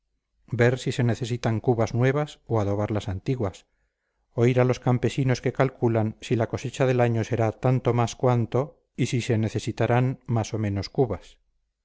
ver si se necesitan cubas nuevas o adobar las antiguas oír a los campesinos que calculan si la cosecha del año será tanto más cuanto y si se necesitarán más o menos cubas